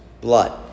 blood